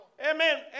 Amen